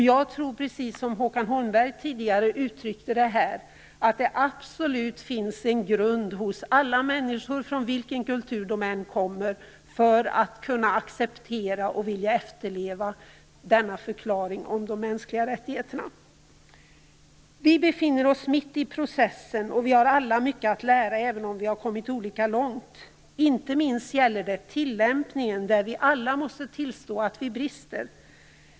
Jag tror, precis som Håkan Holmberg tidigare uttryckte det, att det absolut finns en grund hos alla människor, från vilken kultur de än kommer, för att kunna acceptera och vilja efterleva denna förklaring om de mänskliga rättigheterna. Vi befinner oss mitt i processen, och vi har alla mycket att lära, även om vi har kommit olika långt. Inte minst gäller detta tillämpningen, där vi alla måste tillstå att vi brister.